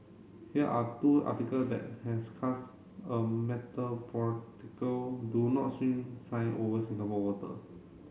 here are two article that has cast a do not swim sign over Singapore water